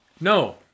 no